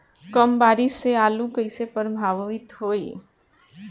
कम बारिस से आलू कइसे प्रभावित होयी?